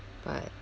but